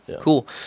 cool